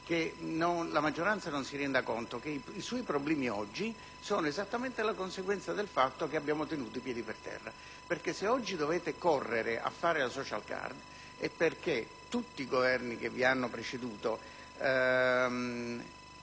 che la maggioranza non si renda conto che i suoi problemi oggi sono esattamente la conseguenza del fatto che abbiamo tenuto i piedi per terra. Se oggi dovete correre a fare la *social card* è perché tutti i Governi che vi hanno preceduto,